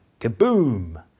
Kaboom